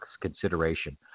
consideration